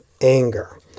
anger